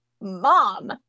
mom